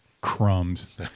Crumbs